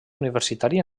universitari